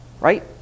right